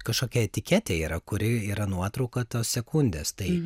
kažkokia etiketė yra kuri yra nuotrauka tos sekundės tai